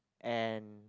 and